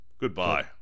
Goodbye